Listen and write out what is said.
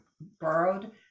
borrowed